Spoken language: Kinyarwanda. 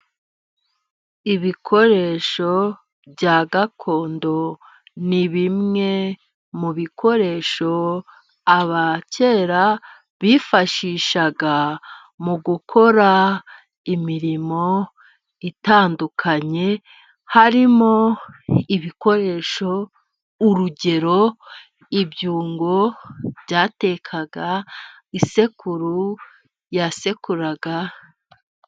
Ibikoresho bya gakondo，ni bimwe mu bikoresho aba kera bifashishaga，mu gukora imirimo itandukanye， harimo ibikoresho，urugero： Ibyungo byatekaga，isekuru yasekuraga...